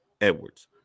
Edwards